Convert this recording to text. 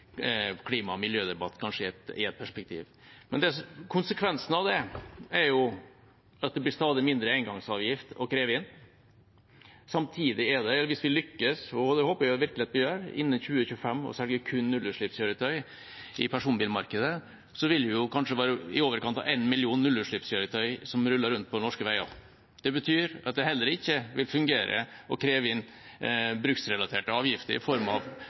at det blir stadig mindre engangsavgift å kreve inn. Samtidig, hvis vi lykkes – og det håper jeg virkelig at vi gjør – med å selge kun nullutslippskjøretøy i personbilmarkedet innen 2025, vil det kanskje være i overkant at én million nullutslippskjøretøy som ruller rundt på norske veier. Det betyr at det heller ikke vil fungere å kreve inn bruksrelaterte avgifter i form av